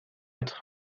quatre